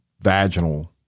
vaginal